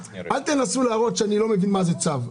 אל תנסו להראות שאני לא מבין מה זה צו.